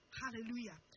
hallelujah